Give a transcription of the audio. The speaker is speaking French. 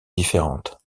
différentes